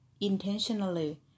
intentionally